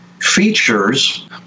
features